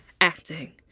acting